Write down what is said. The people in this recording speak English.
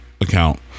Account